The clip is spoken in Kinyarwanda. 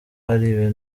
hari